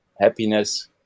happiness